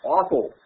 Awful